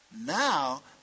Now